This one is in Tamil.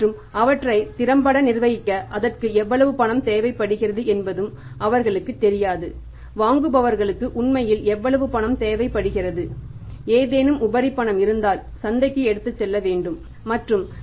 மற்றும் அவற்றை திறம்பட நிர்வகிக்க அதற்கு எவ்வளவு பணம் தேவைப்படுகிறது என்பது அவர்களுக்குத் தெரியாது வாங்குபவர்களுக்கு உண்மையில் எவ்வளவு பணம் தேவைப்படுகிறது ஏதேனும் உபரி பணம் இருந்தால் சந்தைக்கு எடுத்துச் செல்ல வேண்டும் என்பதை அறிந்து அதை திறம்பட நிர்வகிக்க வேண்டும்